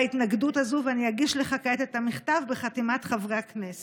בהתנגדות הזו ואני אגיש לך כעת את המכתב בחתימת חברי הכנסת.